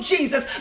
Jesus